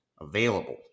available